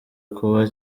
kuba